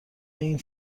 این